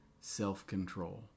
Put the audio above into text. self-control